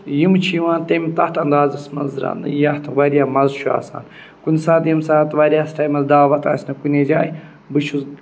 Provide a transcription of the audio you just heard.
یِم چھِ یِوان تَمہِ تَتھ اَنٛدازَس منٛز رَنٛنہٕ یَتھ واریاہ مَزٕ چھُ آسان کُنہِ ساتہٕ ییٚمہِ ساتہٕ واریاہَس ٹایمَس دعوت آسہِ نہٕ کُنے جایہِ بہٕ چھُس